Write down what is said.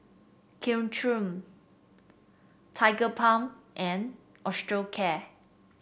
Caltrate Tigerbalm and Osteocare